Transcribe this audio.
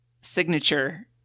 signature